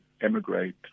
emigrate